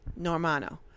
normano